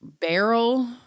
barrel